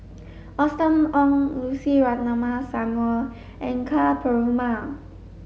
Austen Ong Lucy Ratnammah Samuel and Ka Perumal